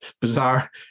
bizarre